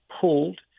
pulled